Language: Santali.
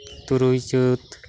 ᱛᱩᱨᱩᱭ ᱪᱟᱹᱛ